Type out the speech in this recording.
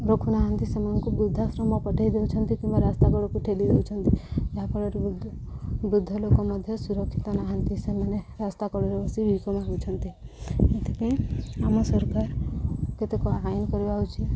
ରଖୁନାହାନ୍ତି ସେମାନଙ୍କୁ ବୃଦ୍ଧାଶ୍ରମ ପଠେଇ ଦଉଛନ୍ତି କିମ୍ବା ରାସ୍ତା କଡ଼କୁ ଠେଲି ଦଉଛନ୍ତି ଯାହାଫଳରେ ବୃଦ୍ଧ ଲୋକ ମଧ୍ୟ ସୁରକ୍ଷିତ ନାହାନ୍ତି ସେମାନେ ରାସ୍ତା କଡ଼ରେ ବସି ଭିକ ମାଗୁଛନ୍ତି ଏଥିପାଇଁ ଆମ ସରକାର କେତେକ ଆଇନ କରିବା ଉଚିତ୍